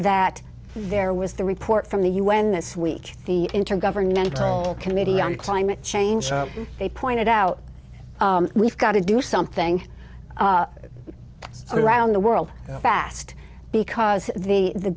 that there was the report from the un this week the intergovernmental committee on climate change they pointed out we've got to do something around the world fast because the